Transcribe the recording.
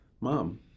mom